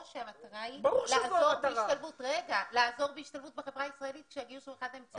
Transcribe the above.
או שהמטרה היא לעזור בהשתלבות בחברה הישראלית כשהגיוס הוא אחד האמצעים.